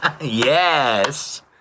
Yes